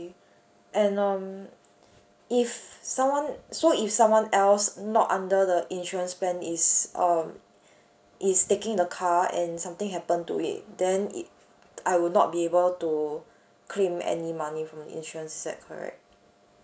and um if someone so if someone else not under the insurance plan is um is taking the car and something happen to it then it I will not be able to claim any money from the insurance is that correct